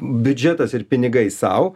biudžetas ir pinigai sau